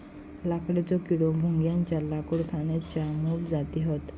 लाकडेचो किडो, भुंग्याच्या लाकूड खाण्याच्या मोप जाती हत